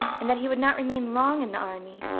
and that he would not remain long in the army,